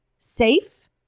safe